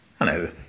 Hello